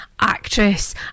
Actress